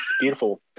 Beautiful